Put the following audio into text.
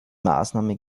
maßnahmen